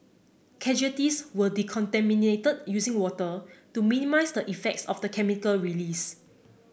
casualties were decontaminated using water to minimise the effects of the chemical release